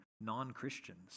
non-Christians